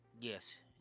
Yes